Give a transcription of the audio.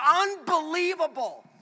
unbelievable